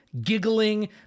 giggling